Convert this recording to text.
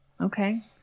Okay